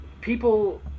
People